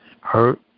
hurt